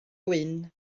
gwyn